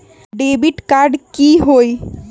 Debit card की होई?